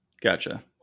Gotcha